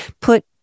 put